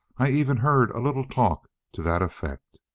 i even heard a little talk to that effect!